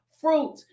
fruit